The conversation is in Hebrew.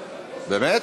באמת?